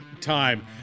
time